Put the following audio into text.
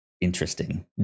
interesting